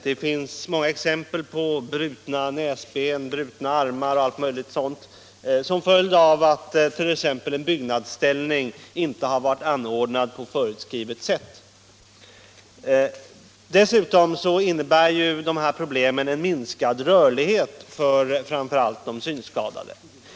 Det finns många exempel på brutna näsben, brutna armar etc., som följd av att t.ex. en byggnadsställning inte varit anordnad på föreskrivet sätt. Hindrande föremål på gångbanorna innebär också en minskad rörlighet för de synskadade.